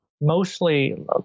mostly